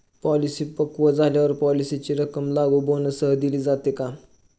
Policy पक्व झाल्यावर पॉलिसीची रक्कम लागू बोनससह दिली जाते का?